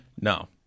No